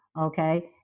Okay